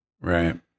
Right